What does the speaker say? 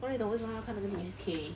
不然你懂为什么要看那个 list